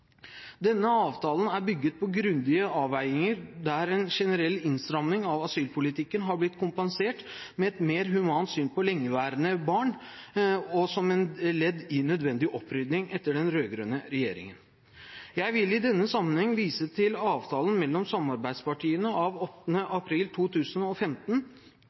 Denne avtalen er bygd på grundige avveiinger, der en generell innstramming av asylpolitikken har blitt kompensert med et mer humant syn på lengeværende barn, og som et ledd i nødvendig opprydding etter den rød-grønne regjeringen. Jeg vil i denne sammenheng vise til avtalen mellom samarbeidspartiene av 8. april 2015,